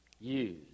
Use